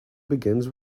begins